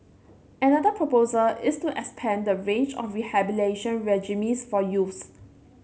another proposal is to expand the range of rehabilitation regimes for youths